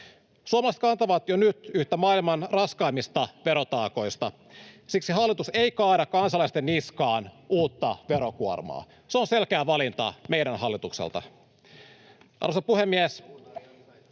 Suomalaiset kantavat jo nyt yhtä maailman raskaimmista verotaakoista, siksi hallitus ei kaada kansalaisten niskaan uutta verokuormaa. Se on selkeä valinta meidän hallitukselta. [Perussuomalaisten